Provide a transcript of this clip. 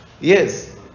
Yes